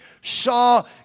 saw